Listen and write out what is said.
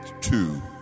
two